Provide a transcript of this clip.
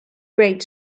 great